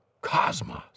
Cosmos